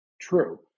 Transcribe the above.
true